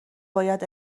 باید